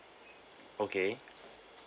okay